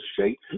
shape